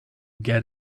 get